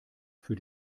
für